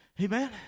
Amen